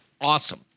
awesome